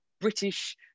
British